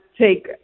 take